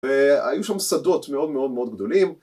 והיו שם שדות מאוד מאוד מאוד גדולים